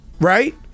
right